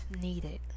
needed